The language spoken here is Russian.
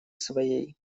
своей